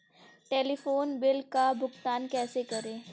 Telephone bill का भुगतान कैसे करें?